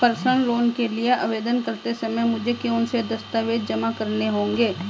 Personal loan के लिए आवेदन करते समय मुझे कौन से दस्तावेज़ जमा करने होंगे?